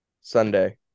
Sunday